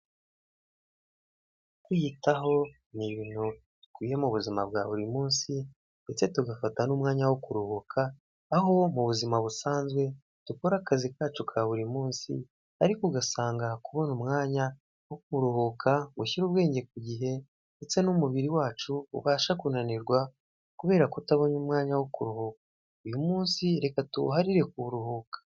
Kwiyitaho ni ibintu bikwiye mu buzima bwa buri munsi ndetse tugafata n'umwanya wo kuruhuka aho mu buzima busanzwe dukore akazi kacu ka buri munsi ariko ugasanga kubona umwanya wo kuruhuka gushyira ubwenge ku gihe ndetse n'umubiri wacu ubasha kunanirwa kubera kutabona umwanya wo kuruhuka uyu munsi reka tuwuharire kuruhuka.